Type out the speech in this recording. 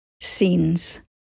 scenes